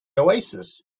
oasis